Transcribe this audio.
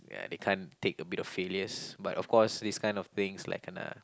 ya they can't take a bit of failures but of course this kind of things like gonna